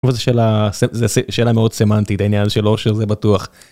וזו שאלה... שאלה מאוד סמנטית העניין של עושר זה בטוח.